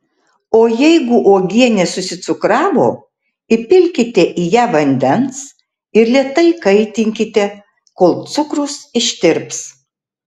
o jeigu uogienė susicukravo įpilkite į ją vandens ir lėtai kaitinkite kol cukrus ištirps